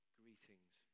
greetings